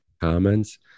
comments